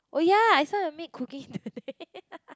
oh ya I saw your maid cooking today